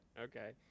Okay